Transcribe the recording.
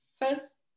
first